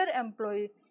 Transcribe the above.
employee